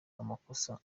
amakosa